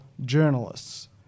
journalists